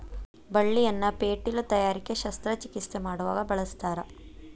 ಬಳ್ಳಿಯನ್ನ ಪೇಟಿಲು ತಯಾರಿಕೆ ಶಸ್ತ್ರ ಚಿಕಿತ್ಸೆ ಮಾಡುವಾಗ ಬಳಸ್ತಾರ